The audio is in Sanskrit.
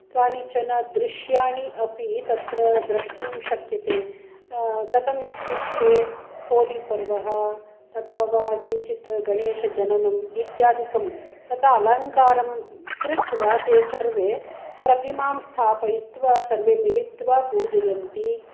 कानिचन दृश्याणि अपि तत्र द्रष्टुं शक्यते कथम् इत्युक्ते होलीपर्वः तथा वा किञ्चित् गणेशजननम् इत्यादिकं तथा अलङ्कारं कृत्वा ते सर्वे प्रतिमां स्थापयित्वा सर्वे मिलित्वा पूजयन्ति